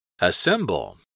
Assemble